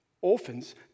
orphans